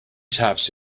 taps